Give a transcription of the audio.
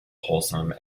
wholesome